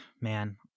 man